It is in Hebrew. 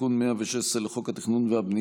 תיקון 116 לחוק התכנון והבנייה,